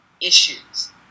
issues